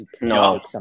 No